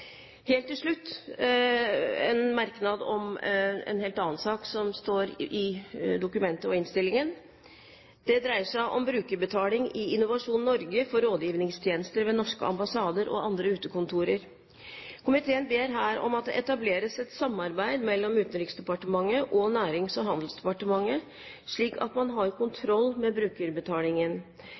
Helt til slutt en merknad om en helt annen sak som er omtalt i dokumentet og i innstillingen. Det dreier seg om brukerbetaling i Innovasjon Norge for rådgivningstjenester ved norske ambassader og andre utekontorer. Komiteen ber om at «det etableres et samarbeid mellom Utenriksdepartementet og Nærings- og handelsdepartementet slik at man har kontroll med brukerbetalingen»